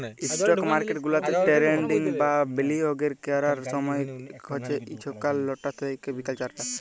stock market গুলাতে trading বা বিলিয়গের ক্যরার ছময় হছে ছকাল লটা থ্যাইকে বিকাল চারটা